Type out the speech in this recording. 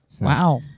Wow